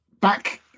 back